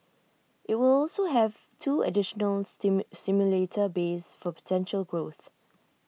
IT will also have two additional simulator bays for potential growth